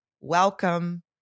Welcome